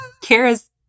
Kara's